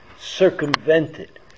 circumvented